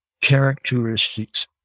characteristics